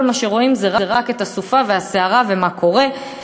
כל מה שרואים זה רק את הסופה והסערה ומה קורה,